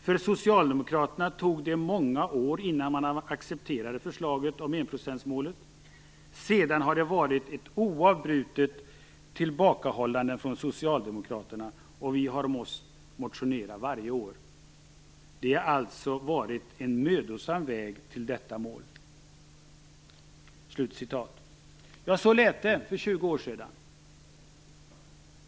För socialdemokraterna tog det många år innan man accepterade förslaget om enprocenstmålet. Sedan har det varit ett oavbrutet tillbakahållande från socialdemokraterna, och vi har måst motionera varje år. Det har alltså varit en mödosam väg till detta mål." Så lät det för 20 år sedan.